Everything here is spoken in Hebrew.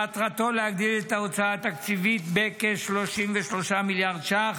שמטרתו להגדיל את ההוצאה התקציבית בכ-33 מיליארד ש"ח,